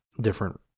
different